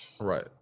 Right